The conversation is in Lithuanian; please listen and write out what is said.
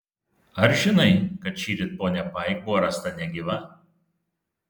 ar žinai kad šįryt ponia paik buvo rasta negyva